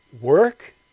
Work